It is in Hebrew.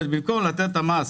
כלומר במקום לתת את המס,